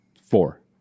Four